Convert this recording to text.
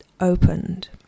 opened